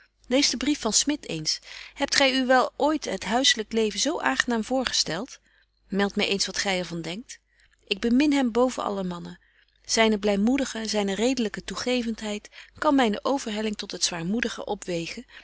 lees den brief van smit eens hebt gy u wel ooit het huisselyk leven zo aangenaam voorgestelt meldt my eens wat gy er van denkt ik bemin hem boven alle mannen zyne blymoedige zyne redelyke toegeventheid betje wolff en aagje deken historie van mejuffrouw sara burgerhart kan myne overhelling tot het zwaarmoedige opwegen